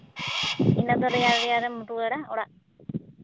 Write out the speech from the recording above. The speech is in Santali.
ᱤᱱᱟᱹ ᱫᱚ ᱨᱮᱭᱟᱲ ᱨᱮᱭᱟᱲᱮᱢ ᱨᱩᱣᱟᱹᱲᱟ ᱚᱲᱟᱜ